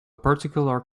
particular